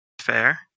Fair